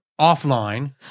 offline